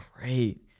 great